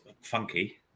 funky